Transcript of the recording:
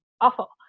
awful